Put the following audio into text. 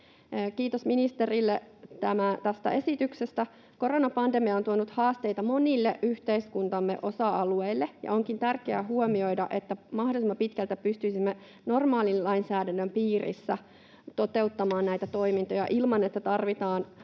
Kiitos ministerille tästä esityksestä. Koronapandemia on tuonut haasteita monille yhteiskuntamme osa-alueille. Onkin tärkeää huomioida, että mahdollisimman pitkälti pystyisimme normaalin lainsäädännön piirissä toteuttamaan näitä toimintoja ilman, että meidän